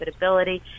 profitability